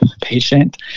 patient